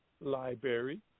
Library